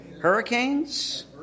Hurricanes